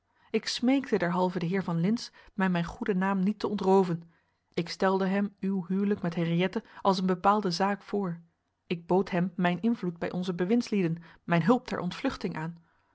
ik smeekte derhalve den heer van lintz mij mijn goeden naam niet te ontrooven ik stelde hem uw huwelijk met henriëtte als een bepaalde zaak voor ik bood hem mijn invloed bij onze bewindslieden mijn hulp ter ontvluchting aan